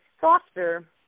softer